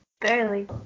Barely